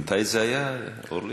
מתי זה היה, אורלי?